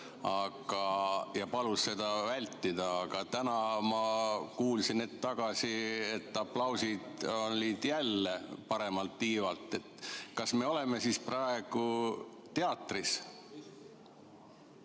ja palus seda vältida. Aga täna ma kuulsin hetk tagasi, et aplaus oli jälle paremalt tiivalt. Kas me oleme siis praegu teatris